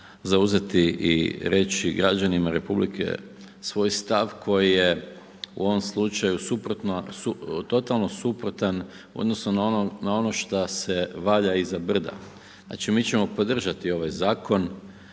zauzeti i reći građanima Republike svoj stav koji je u ovom slučaju totalno suprotan u odnosu na ono što se valja iza brda. Znači mi ćemo podržati ovaj zakon